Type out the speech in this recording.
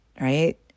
right